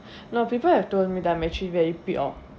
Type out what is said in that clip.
no people have told me that I'm actually very pure